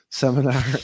seminar